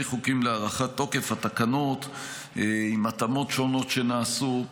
חוקים להארכת תוקף התקנות עם התאמות שונות שנעשו.